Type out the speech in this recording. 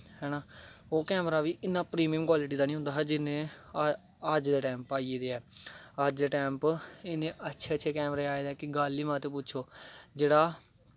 हैना ओह् कैमरा बी इन्ना प्रिमियम क्वालिटी दा निं होंदा हा जिन्ना अज्ज दे टैम पर आई गेदे ऐं अज्ज दे टैम पर इन्ने अच्छे अच्छे कैमरे आए दे कि गल्ल गै मत पुच्छो जेह्ड़ा